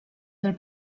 del